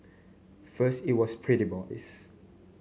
first it was pretty boys